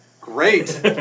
great